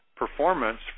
performance